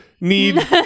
need